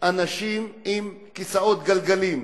אנשים עם כיסאות גלגלים?